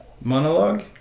Monologue